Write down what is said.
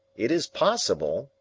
it is possible,